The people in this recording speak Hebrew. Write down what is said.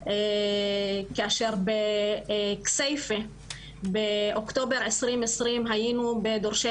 כאשר כסייפה באוקטובר 2020 היינו בדורשי